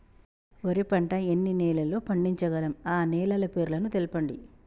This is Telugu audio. వరి పంట ఎన్ని నెలల్లో పండించగలం ఆ నెలల పేర్లను తెలుపండి?